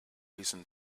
reason